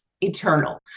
eternal